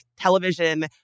television